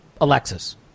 Alexis